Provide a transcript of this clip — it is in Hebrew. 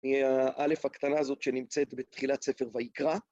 היא האל"ף הקטנה הזאת שנמצאת בתחילת ספר ויקרא.